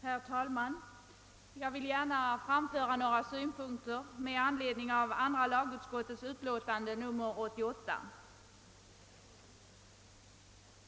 Herr talman Jag vill gärna framföra några synpunkter med anledning av andra lagutskottets utlåtande nr 88.